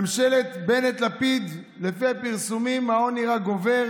בממשלת בנט-לפיד, לפי הפרסומים, העוני רק גובר